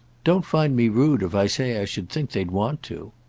don't find me rude if i say i should think they'd want to!